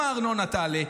גם הארנונה תעלה,